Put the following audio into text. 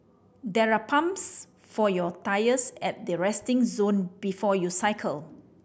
there are pumps for your tyres at the resting zone before you cycle